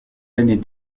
ans